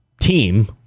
team